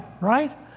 right